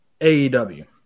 AEW